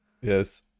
yes